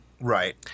Right